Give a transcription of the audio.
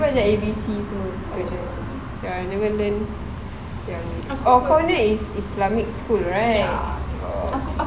aku belajar A B C semua itu aja jangan-jangan then yang oh kau punya is islamic school right